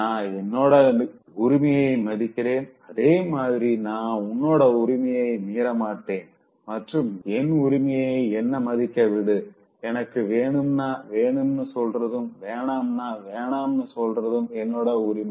நா என்னோட உரிமைய மதிக்கிறேன் அதே மாதிரி நா உன்னோட உரிமையை மீர மாட்டேன் மற்றும் என் உரிமையை என்ன மதிக்க விடு எனக்கு வேணும்னா வேணும்னு சொல்றதும் வேணாம்னா வேணாம்னு சொல்றதும் என்னோட உரிமை